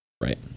Right